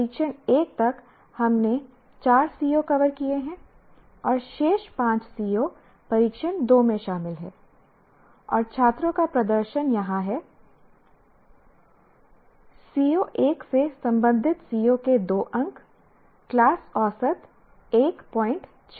परीक्षण 1 तक हमने 4 CO कवर किए हैं और शेष 5 CO परीक्षण 2 में शामिल हैं और छात्रों का प्रदर्शन यहां है CO 1 से संबंधित CO के 2 अंक क्लास औसत 16 है